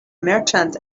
merchant